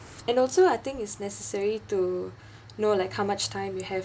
and also I think is necessary to know like how much time we have